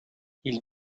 ils